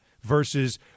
versus